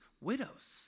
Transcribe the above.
widows